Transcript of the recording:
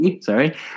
sorry